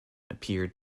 appeared